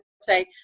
say